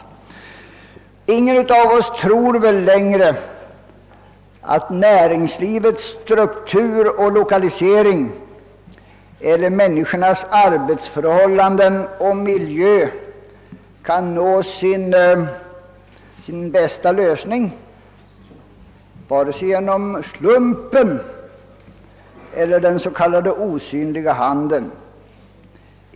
Ingen av oss tror väl längre att vare sig slumpen eller den s.k. osynliga handen åstadkommer de bästa lösningarna av problemen om näringslivets struktur och lokalisering eller om människornas arbetsförhållanden och miljö.